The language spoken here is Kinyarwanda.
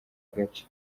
gace